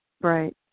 Right